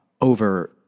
over